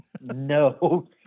No